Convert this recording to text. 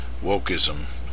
wokeism